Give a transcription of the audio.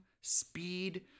speed